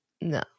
no